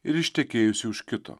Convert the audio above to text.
ir ištekėjusi už kito